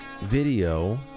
video